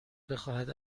بخواهد